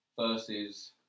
Versus